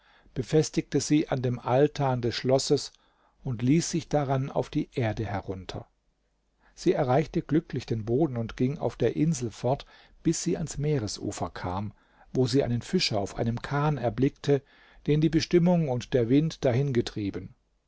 befestigte sie an dem altan des schlosses und ließ sich daran auf die erde herunter sie erreichte glücklich den boden und ging auf der insel fort bis sie ans meeresufer kam wo sie einen fischer auf einem kahn erblickte den die bestimmung und der wind dahin getrieben